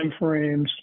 timeframes